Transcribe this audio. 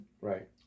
Right